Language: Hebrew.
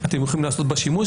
אתם יכולים לעשות בה שימוש.